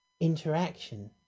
Interaction